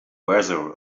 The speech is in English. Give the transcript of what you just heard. weather